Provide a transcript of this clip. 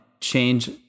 change